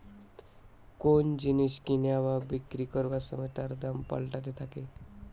কোন জিনিস কিনা বা বিক্রি করবার সময় তার দাম পাল্টাতে থাকে